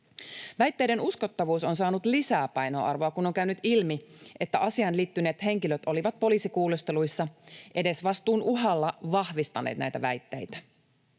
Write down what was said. Väitteiden uskottavuus on saanut lisää painoarvoa, kun on käynyt ilmi, että asiaan liittyneet henkilöt olivat poliisikuulusteluissa edesvastuun uhalla vahvistaneet näitä väitteitä.